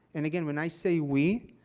and again, when i say we,